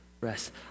rest